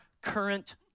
current